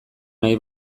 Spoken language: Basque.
nahi